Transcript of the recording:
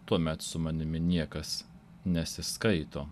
tuomet su manimi niekas nesiskaito